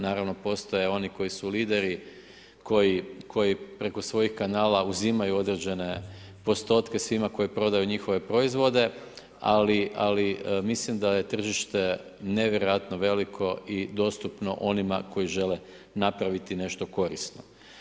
Naravno, postoje oni koji su lideri, koji preko svojih kanala uzimaju određene postotke, svima koje prodaju njihove proizvode, ali mislim da je tržište nevjerojatno veliko i dostupno onima koji žele napraviti nešto korisno.